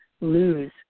lose